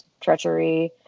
treachery